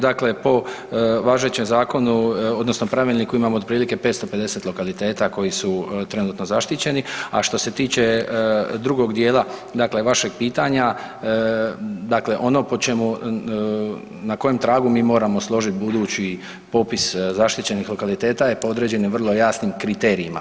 Dakle, po važećem zakonu odnosno pravilniku imamo otprilike 550 lokaliteta koji su trenutno zaštićeni, a što se tiče drugog dijela vašeg pitanja ono po čemu na kojem tragu mi moramo složiti budući popis zaštićenih lokaliteta je podređen i vrlo jasnim kriterijima.